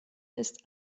ist